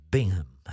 Bingham